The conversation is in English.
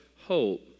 Hope